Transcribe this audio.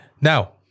now